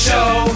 Show